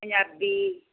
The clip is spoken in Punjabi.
ਪੰਜਾਬੀ